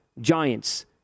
Giants